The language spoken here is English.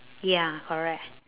ya correct